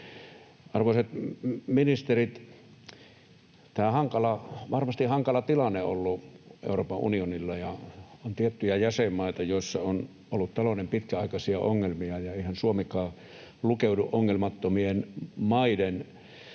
Arvoisat ministerit, tämä on varmasti hankala tilanne ollut Euroopan unionille. On tiettyjä jäsenmaita, joissa on ollut talouden pitkäaikaisia ongelmia, ja eihän Suomikaan lukeudu ongelmattomien maiden